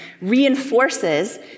reinforces